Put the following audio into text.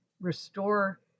restore